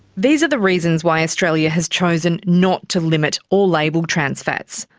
these are the reasons why australia has chosen not to limit or label trans fats.